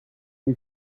lui